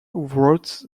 wrote